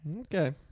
Okay